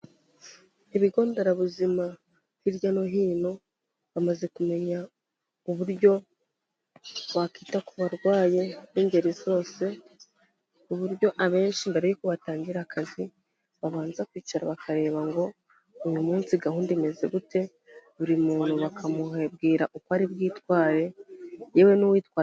Ibigo nderabuzima hirya no hino, bamaze kumenya uburyo wakita ku barwayi b'ingeri zose, ku buryo abenshi mbere yuko batangira akazi babanza kwicara bakareba ngo, uyu munsi gahunda imeze gute, buri muntu bakamubwira uko ari bwitware, yewe n'uwitwa.